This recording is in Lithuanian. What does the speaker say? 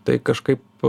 tai kažkaip